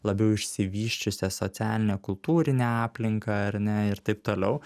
labiau išsivysčiusią socialinę kultūrinę aplinką ar ne ir taip toliau